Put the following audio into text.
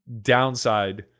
downside